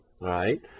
right